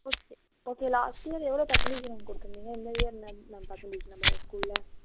okay okay last year எவ்வளோ percentage ma'am கொடுத்துருந்தீங்க இந்த இயர் என்ன மேம் பர்சண்டேஜ் நம்ம ஸ்கூலில்